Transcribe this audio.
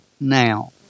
now